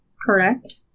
correct